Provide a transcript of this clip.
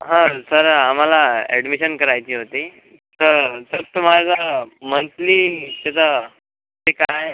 हां सर आम्हाला ॲडमिशन करायची होती तर सर तुमचं मंथली त्याचं ते काय